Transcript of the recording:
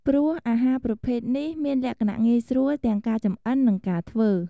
ព្រោះអាហារប្រភេទនេះមានលក្ខណៈងាយស្រួលទាំងការចម្អិននិងការធ្វើ។